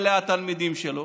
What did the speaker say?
אלה התלמידים שלו.